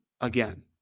again